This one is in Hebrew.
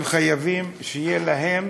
חייבים שיהיה להם